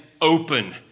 open